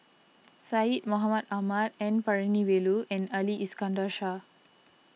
Syed Mohamed Ahmed N Palanivelu and Ali Iskandar Shah